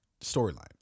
storyline